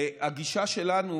הגישה שלנו